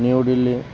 New Delhi